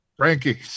Frankie